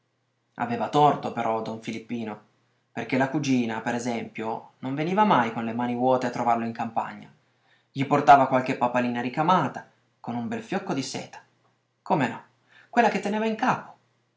aveva torto però don filippino perché la cugina per esempio non veniva mai con le mani vuote a trovarlo in campagna gli portava qualche papalina ricamata con un bel fiocco di seta come no quella che teneva in capo